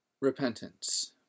repentance